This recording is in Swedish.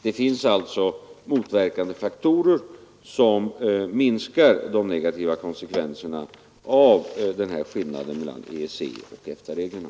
Det finns alltså motverkande faktorer som minskar de negativa konsekvenserna av skillnaden i detta avseende mellan EEC och EFTA-reglerna.